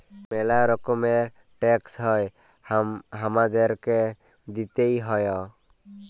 ম্যালা রকমের ট্যাক্স হ্যয় হামাদেরকে দিতেই হ্য়য়